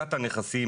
בדיקת הנכסים,